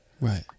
right